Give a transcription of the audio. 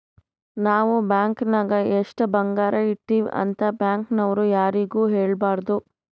ನಾವ್ ಬ್ಯಾಂಕ್ ನಾಗ್ ಎಷ್ಟ ಬಂಗಾರ ಇಟ್ಟಿವಿ ಅಂತ್ ಬ್ಯಾಂಕ್ ನವ್ರು ಯಾರಿಗೂ ಹೇಳಬಾರ್ದು